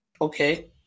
Okay